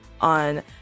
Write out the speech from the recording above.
on